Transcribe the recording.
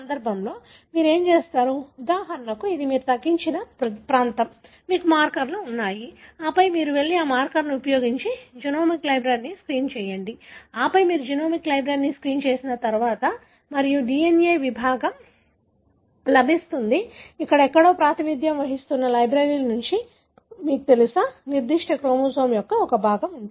ఈ సందర్భం లో మీరు ఏమి చేస్తారు ఉదాహరణకు ఇది మీరు తగ్గించిన ప్రాంతం మీకు మార్కర్లు ఉన్నాయి ఆపై మీరు వెళ్లి ఈ మార్కర్ని ఉపయోగించి జెనోమిక్ లైబ్రరీని స్క్రీన్ చేయండి ఆపై మీరు జెనోమిక్ లైబ్రరీని స్క్రీన్ చేసిన తర్వాత మీకు DNA భాగం లభిస్తుంది ఇక్కడ ఎక్కడో ప్రాతినిధ్యం వహిస్తున్న లైబ్రరీ నుండి మీకు తెలుసా నిర్దిష్ట క్రోమోజోమ్ యొక్క ఒక భాగం